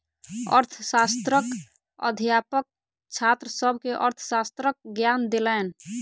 अर्थशास्त्रक अध्यापक छात्र सभ के अर्थशास्त्रक ज्ञान देलैन